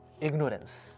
Ignorance